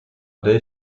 del